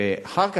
ואחר כך,